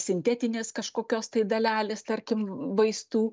sintetinės kažkokios tai dalelės tarkim vaistų